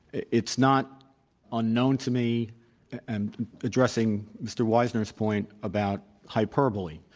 it's not unknown to me and addressing mr. wizner's point about hyperbole.